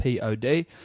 Pod